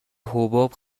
حباب